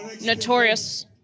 notorious